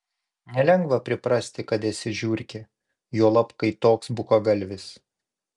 nelengva priprasti kad esi žiurkė juolab kai toks bukagalvis